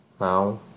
now